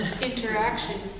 interaction